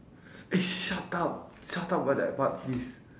eh shut up shut up about that part please